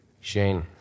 Shane